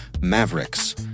Mavericks